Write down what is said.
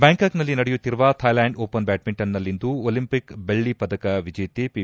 ಬ್ಯಾಂಕಾಂಕ್ನಲ್ಲಿ ನಡೆಯುತ್ತಿರುವ Thailand open ಬ್ಯಾಡ್ಮಿಂಟನ್ನಲ್ಲಿಂದು Olympic ಬೆಳ್ಳಿ ಪದಕ ವಿಜೇತೆ ಪಿ